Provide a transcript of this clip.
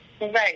right